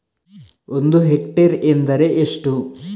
ಒಂದು ಹೆಕ್ಟೇರ್ ಎಂದರೆ ಎಷ್ಟು?